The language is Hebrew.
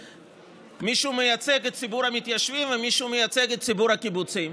מישהו מייצג את ציבור המתיישבים ומישהו מייצג את ציבור הקיבוצים,